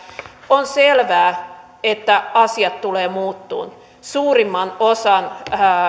on selvää että asiat tulevat muuttumaan suurimman osan